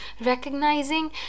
recognizing